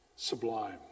Sublime